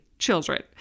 Children